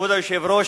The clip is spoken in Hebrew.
כבוד היושב-ראש,